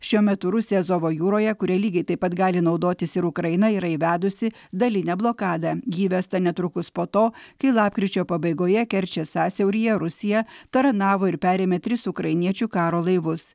šiuo metu rusija azovo jūroje kuria lygiai taip pat gali naudotis ir ukraina yra įvedusi dalinę blokadą ji įvesta netrukus po to kai lapkričio pabaigoje kerčės sąsiauryje rusija taranavo ir perėmė tris ukrainiečių karo laivus